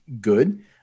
good